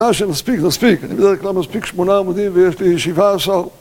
מה שנספיק נספיק, אני בדרך כלל מספיק שמונה עמודים ויש לי שבעה עשר...